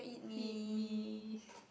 feed me